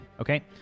Okay